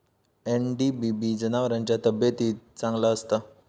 NDBB जनावरांच्या तब्येतीक चांगला असता